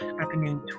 afternoon